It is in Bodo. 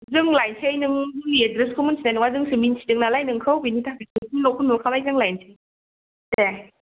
जों लायनोसै नों जोंनि एद्रेसखौ मोन्थिनाय नङा जोंसो मोन्थिदों नालाय नोंखौ बेनि थाखायनो न'खौ नुखाबाय जों लायनोसै दे